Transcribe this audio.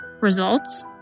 results